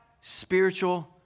spiritual